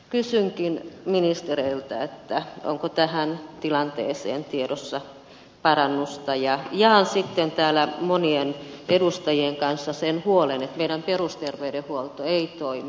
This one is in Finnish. kysynkin ministereiltä onko tähän tilanteeseen tiedossa parannusta ja jaan sitten täällä monien edustajien kanssa sen huolen että meidän perusterveydenhuoltomme ei toimi